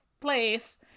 place